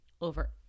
over